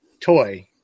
toy